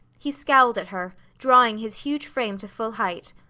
he scowled at her, drawing his huge frame to full height.